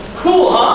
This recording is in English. cool, huh?